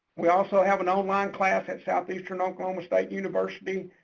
we also have an online class at southeastern oklahoma state university.